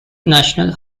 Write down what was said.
national